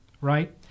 right